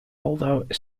although